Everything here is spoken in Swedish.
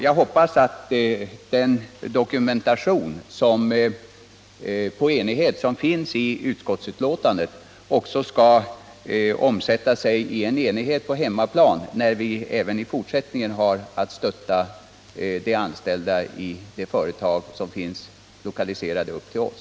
Jag hoppas att den dokumentation på enighet som finns i utskottsbetänkandet också skall omsättas i en enighet på hemmaplan när vi även i fortsättningen har att stötta de anställda i de företag som finns lokaliserade upp till oss.